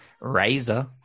Razor